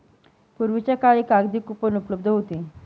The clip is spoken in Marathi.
पूर्वीच्या काळी कागदी कूपन उपलब्ध होती